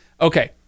okay